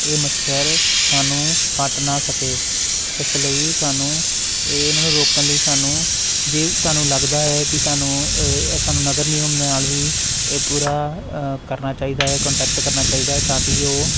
ਇਹ ਮੱਛਰ ਸਾਨੂੰ ਕੱਟ ਨਾ ਸਕੇ ਇਸ ਲਈ ਸਾਨੂੰ ਇਹਨਾਂ ਨੂੰ ਰੋਕਣ ਲਈ ਸਾਨੂੰ ਜੇ ਤੁਹਾਨੂੰ ਲੱਗਦਾ ਹੈ ਕਿ ਤੁਹਾਨੂੰ ਇ ਸਾਨੂੰ ਨਗਰ ਨਿਗਮ ਦੇ ਨਾਲ ਵੀ ਇਹ ਪੂਰਾ ਕਰਨਾ ਚਾਹੀਦਾ ਕੰਟੈਕਟ ਕਰਨਾ ਚਾਹੀਦਾ ਤਾਂ ਕਿ ਉਹ